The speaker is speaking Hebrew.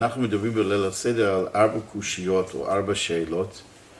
‫אנחנו מדברים בלילה סדר ‫על ארבע קושיות או ארבע שאלות.